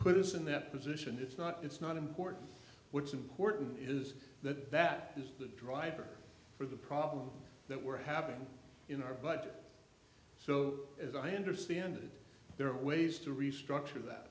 put us in that position it's not it's not important what's important is that that is the driver for the problems that were happening in our budget so as i understand it there are ways to restructure that